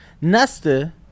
nesta